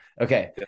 Okay